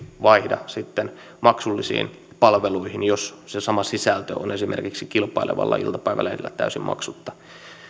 vaihda sitten maksullisiin palveluihin jos se sama sisältö on esimerkiksi kilpailevalla iltapäivälehdellä täysin maksutta